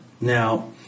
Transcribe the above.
Now